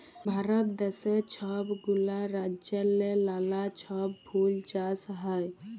ভারত দ্যাশে ছব গুলা রাজ্যেল্লে লালা ছব ফুল চাষ হ্যয়